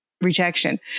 rejection